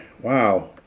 wow